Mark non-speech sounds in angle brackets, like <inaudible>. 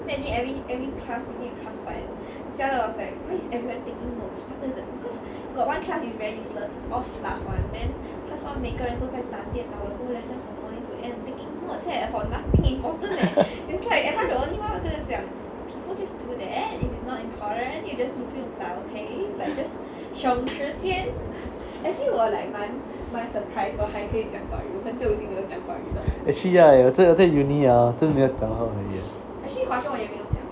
<laughs>